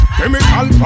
Chemical